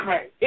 Right